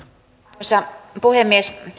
arvoisa puhemies